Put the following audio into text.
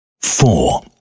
four